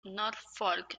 norfolk